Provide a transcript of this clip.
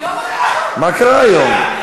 מה קרה היום?